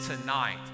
tonight